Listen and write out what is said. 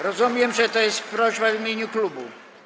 Rozumiem, że to jest prośba w imieniu klubu.